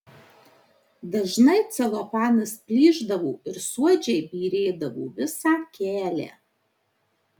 dažnai celofanas plyšdavo ir suodžiai byrėdavo visą kelią